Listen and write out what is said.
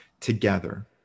together